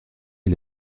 est